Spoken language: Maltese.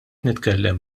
nitkellem